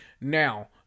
Now